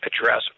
address